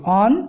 on